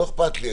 לא אכפת לי.